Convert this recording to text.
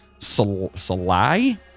Salai